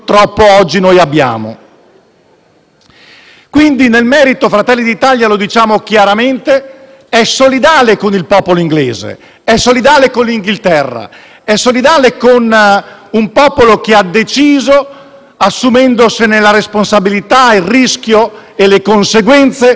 fronte. Nel merito, Fratelli d'Italia - lo diciamo chiaramente - è solidale con il popolo inglese, è solidale con l'Inghilterra, è solidale con un popolo che ha deciso, assumendosene la responsabilità, il rischio e le conseguenze, di uscire dall'unità europea.